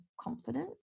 confident